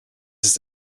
ist